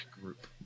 group